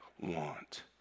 want